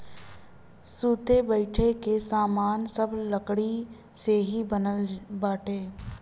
सुते बईठे के सामान सब लकड़ी से ही बनत बाटे